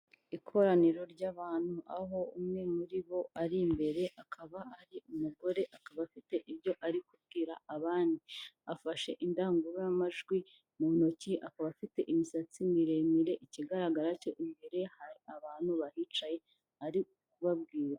Ikoraniro ry'abantu, aho umwe muri bo ari imbere akaba ari umugore, akaba afite ibyo ari kubwira abandi afashe indangururamajwi mu ntoki, akaba afite imisatsi miremire. Ikigaragara imbere hari abantu bahicaye ari kubabwira.